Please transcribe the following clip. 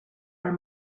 are